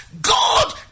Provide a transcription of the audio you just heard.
God